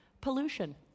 Pollution